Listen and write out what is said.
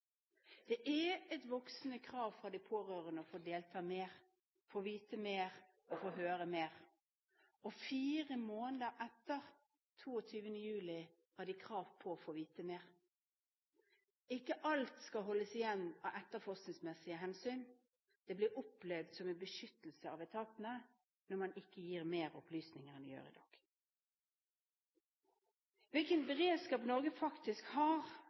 Det er et voksende krav fra de pårørende om å få delta mer, få vite mer og få høre mer. Fire måneder etter 22. juli har de krav på å få vite mer. Ikke alt skal holdes igjen av etterforskningsmessige hensyn. Det blir opplevd som en beskyttelse av etatene når man ikke gir mer opplysninger enn man gjør i dag. Hvilken beredskap Norge faktisk har,